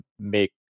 make